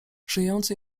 żyjący